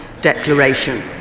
Declaration